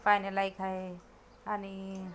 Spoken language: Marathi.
पाहण्यालायक आहे आणि